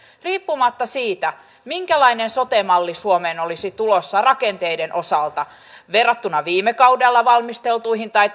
riippumatta siitä minkälainen sote malli suomeen olisi tulossa rakenteiden osalta verrattuna viime kaudella valmisteltuihin tai